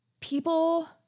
people